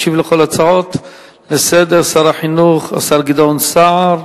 ישיב על כל ההצעות לסדר-היום שר החינוך גדעון סער.